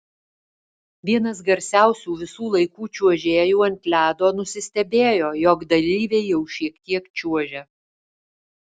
vienas garsiausių visų laikų čiuožėjų ant ledo nusistebėjo jog dalyviai jau šiek tiek čiuožia